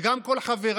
וגם כל חבריי,